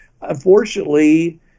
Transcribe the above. unfortunately